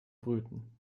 brüten